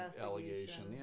allegation